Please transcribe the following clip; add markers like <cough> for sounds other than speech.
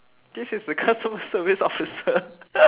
this is the customer service officer <noise>